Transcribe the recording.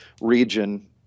region